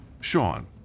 Sean